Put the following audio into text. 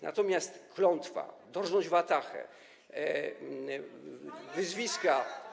Natomiast „Klątwa”, „dorżnąć watahę”, wyzwiska.